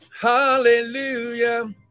Hallelujah